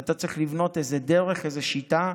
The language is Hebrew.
ואתה צריך לבנות איזו דרך, איזו שיטה,